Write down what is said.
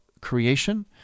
creation